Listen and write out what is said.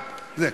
תודה.